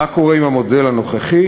מה קורה עם המודל הנוכחי?